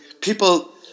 people